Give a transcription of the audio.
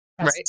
right